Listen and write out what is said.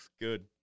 good